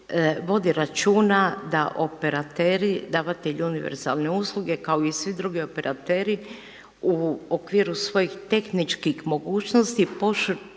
vodi računa da operateri, davatelji univerzalne usluge kao i svi drugi operateri u okviru svojih tehničkih mogućnosti poštuju